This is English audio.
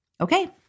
Okay